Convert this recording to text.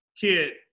kid